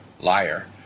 liar